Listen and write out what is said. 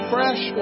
Fresh